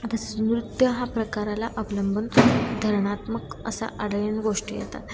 तसंच नृत्य हा प्रकाराला अवलंबून धोरणात्मक असा गोष्टी येतात